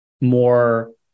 more